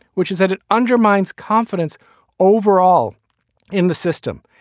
which is that it undermines confidence overall in the system.